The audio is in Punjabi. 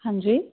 ਹਾਂਜੀ